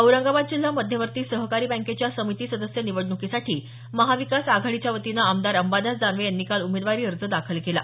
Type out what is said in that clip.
औरंगाबाद जिल्हा मध्यवर्ती सहकारी बँकेच्या समिती सदस्य निवडणुकीसाठी महाविकास आघाडीच्या वतीनं आमदार अंबादास दानवे यांनी काल उमेदवारी अर्ज दाखल केला